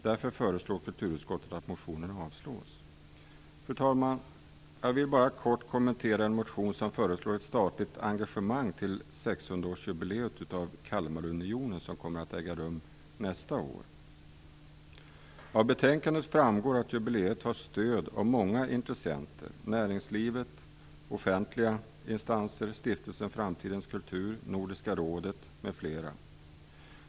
Därför föreslår kulturutskottet att motionen avslås. Fru talman! Jag skall kort kommentera en motion där det föreslås ett statligt engagemang i 600 årsjubileet av Kalmarunionen, som kommer att äga rum nästa år. Av betänkandet framgår att jubileet har stöd av många intressenter; näringslivet, offentliga instanser, stiftelsen Framtidens Kultur, Nordiska rådet m.fl.